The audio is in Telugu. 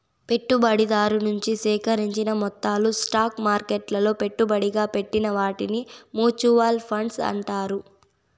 పెట్టుబడిదారు నుంచి సేకరించిన మొత్తాలు స్టాక్ మార్కెట్లలో పెట్టుబడిగా పెట్టిన వాటిని మూచువాల్ ఫండ్స్ అంటారు